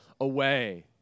away